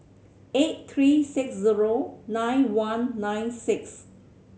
eight three six zero nine one nine six